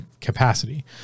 capacity